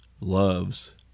loves